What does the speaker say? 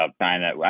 China